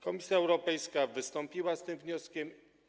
Komisja Europejska wystąpiła z tym wnioskiem.